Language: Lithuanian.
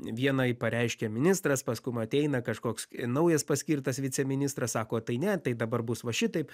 vienai pareiškė ministras paskum ateina kažkoks naujas paskirtas viceministras sako tai ne tai dabar bus va šitaip